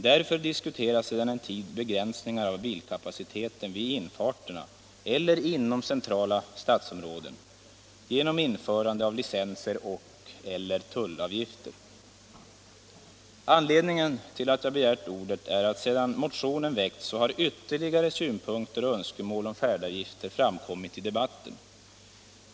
Därför diskuteras sedan en tid begränsningar av bilantalet vid infarterna eller inom centrala stadsområden genom införande av licenser och/eller tullavgifter. Anledningen till att jag begärt ordet är att sedan motionen väckts har ytterligare synpunkter och önskemål om färdavgifter framkommit i debatten.